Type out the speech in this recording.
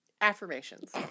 Affirmations